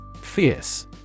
Fierce